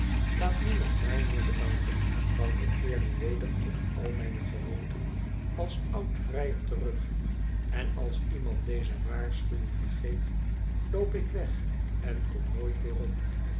laat niemand mij meer bedanken want ik keer nu weder tot al mijne gewoonten als oud vrijer terug en als iemand deze waarschuwing vergeet loop ik weg en kom nooit weerom